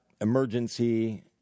emergency